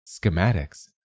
Schematics